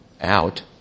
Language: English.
out